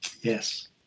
Yes